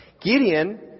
Gideon